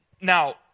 Now